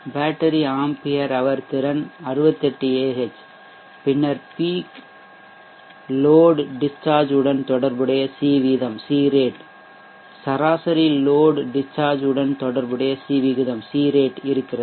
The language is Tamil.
பேட்டரி ஆம்பியர் ஹவர் திறன் 68 Ah பின்னர் பீக் லோட் டிஸ்சார்ஜ் உடன் தொடர்புடைய சி வீதம் சராசரி லோட் டிஸ்சார்ஜ் உடன் தொடர்புடைய சி விகிதம் இருக்கிறது